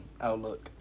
Outlook